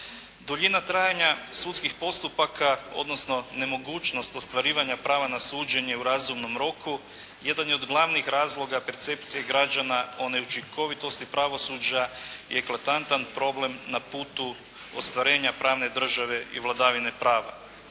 Duljina trajanja sudskih postupaka, odnosno nemogućnost ostvarivanja prava na suđenje u razumnom roku jedan je od glavnih razloga percepcije građana o neučinkovitosti pravosuđa i eklatantan problem na putu ostvarenja pravne države i vladavine prava.